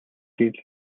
гэрэл